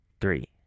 Three